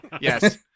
Yes